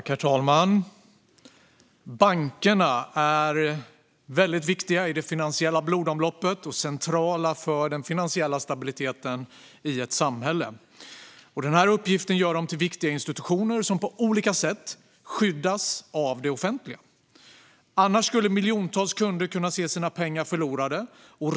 Herr talman! Bankerna är väldigt viktiga i det finansiella blodomloppet och centrala för den finansiella stabiliteten i ett samhälle. Denna uppgift gör dem till viktiga institutioner som på olika sätt skyddas av det offentliga. Annars skulle miljontals kunder kunna få se sina pengar förlorade.